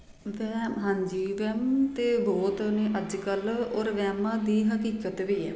ਵਹਿਮ ਹਾਂਜੀ ਵਹਿਮ ਤਾਂ ਬਹੁਤ ਨੇ ਅੱਜ ਕੱਲ੍ਹ ਔਰ ਵਹਿਮਾਂ ਦੀ ਹਕੀਕਤ ਵੀ ਆ